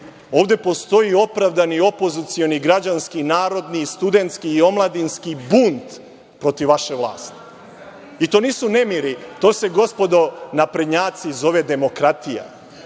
ovde postoji opravdani opozicioni građanski, narodni, studentski i omladinski bunt, protiv vaše vlasti. To nisu nemiri, to se, gospodo naprednjaci, zove demokratija.